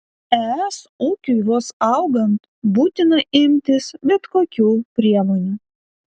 es ūkiui vos augant būtina imtis bet kokių priemonių